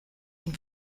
une